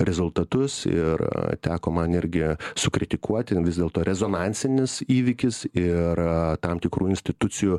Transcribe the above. rezultatus ir teko man irgi sukritikuoti vis dėlto rezonansinis įvykis ir tam tikrų institucijų